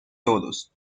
todos